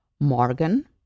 Morgan